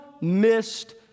missed